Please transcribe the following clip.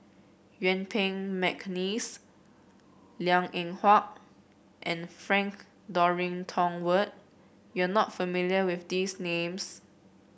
Yuen Peng McNeice Liang Eng Hwa and Frank Dorrington Ward you are not familiar with these names